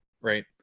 right